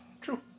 true